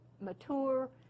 mature